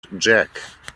jack